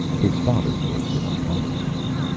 his father worked in a lumber yard.